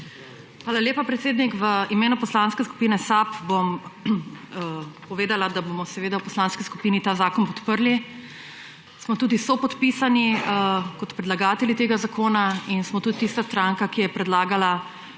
Hvala lepa, predsednik. V imenu Poslanske skupine SAB bom povedala, da bomo seveda v poslanski skupini ta zakon podprli. Smo tudi sopodpisani kot predlagatelji tega zakona in smo tudi tista stranka, ki je predlagala